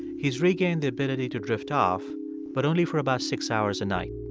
he's regained the ability to drift off but only for about six hours a night.